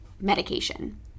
medication